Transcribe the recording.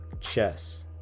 chess